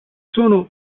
sono